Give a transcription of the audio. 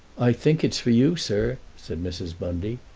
i think it's for you, sir, said mrs. bundy.